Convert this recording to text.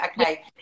okay